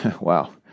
Wow